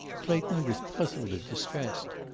clayton was puzzled and distressed.